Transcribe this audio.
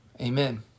Amen